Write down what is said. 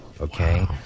Okay